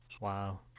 Wow